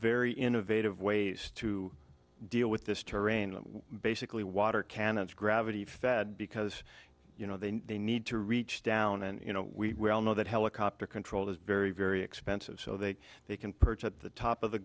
very innovative ways to deal with this terrain basically water cannons gravity fed because you know they they need to reach down and you know we all know that helicopter control is very very expensive so that they can perch at the top of the